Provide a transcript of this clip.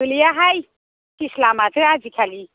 गोग्लैयाहाय पिस लामासो आजिखालि